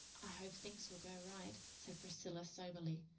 i hope things will go right, said priscilla soberly.